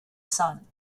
sun